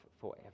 forever